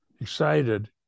excited